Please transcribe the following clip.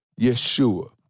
Yeshua